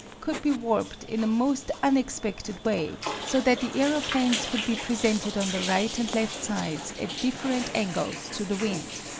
could be warped in a most unexpected way, so that the aeroplanes could be presented on the right and left sides at different angles to the wind.